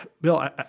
Bill